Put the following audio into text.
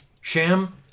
Sham